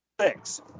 six